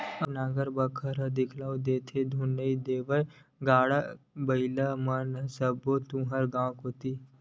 अब नांगर बखर दिखउल देथे धुन नइ देवय गाड़ा बइला मन सब तुँहर गाँव कोती